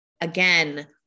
again